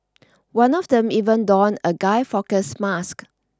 one of them even donned a Guy Fawkes mask